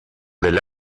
del